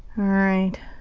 alright.